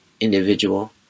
individual